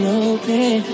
open